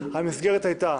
המסגרת הייתה